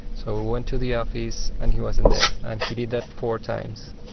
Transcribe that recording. so we went to the office and he wasn't there. and he did that four times.